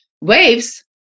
waves